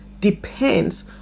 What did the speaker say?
depends